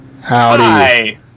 Howdy